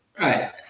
right